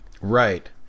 Right